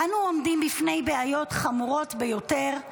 אנו עומדים בפני בעיות חמורות ביותר.